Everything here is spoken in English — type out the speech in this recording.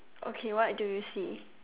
okay what do you see